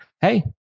Hey